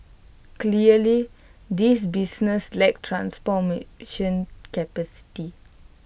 clearly these businesses lack transformation capacity